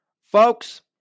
Folks